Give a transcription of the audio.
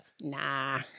Nah